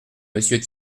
monsieur